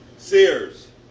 Sears